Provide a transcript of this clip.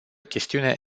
chestiune